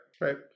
right